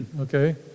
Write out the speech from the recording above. okay